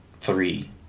three